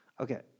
Okay